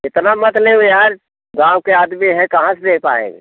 इतना मत लो यार गाँव के आदमी हैं कहाँ से ले पाएँगे